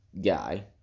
guy